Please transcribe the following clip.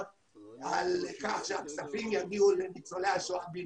לכך שהכספים יגיעו לניצולי השואה בלבד.